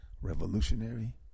revolutionary